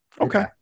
okay